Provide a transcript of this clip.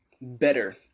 better